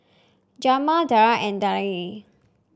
Jermain Darl and